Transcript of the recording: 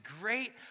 great